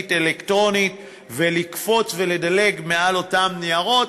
אלקטרונית ולקפוץ ולדלג מעל אותם ניירות.